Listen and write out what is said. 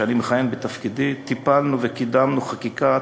שאני מכהן בתפקידי טיפלנו וקידמנו חקיקה,